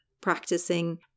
practicing